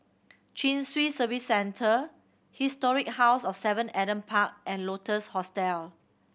Chin Swee Service Centre Historic House of Seven Adam Park and Lotus Hostel